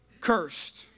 cursed